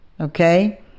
Okay